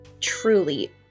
truly